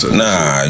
nah